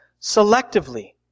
selectively